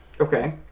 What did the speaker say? Okay